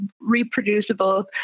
reproducible